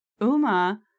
Uma